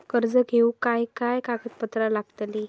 कर्ज घेऊक काय काय कागदपत्र लागतली?